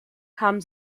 haben